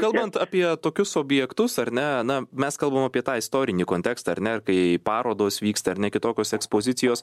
kalbant apie tokius objektus ar ne na mes kalbam apie tą istorinį kontekstą ar ne ir kai parodos vyksta ar ne kitokios ekspozicijos